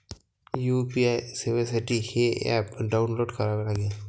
UPI सेवेसाठी हे app download करावे लागेल